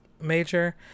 major